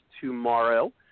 tomorrow